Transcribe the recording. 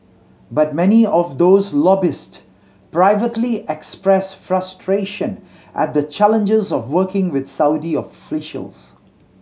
but many of those lobbyist privately express frustration at the challenges of working with Saudi officials